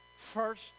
first